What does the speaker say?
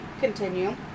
continue